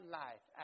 life